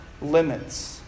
limits